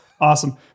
Awesome